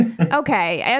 okay